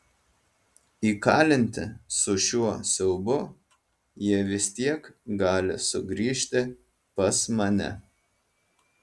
įkalinti su šiuo siaubu jie vis tiek gali sugrįžti pas mane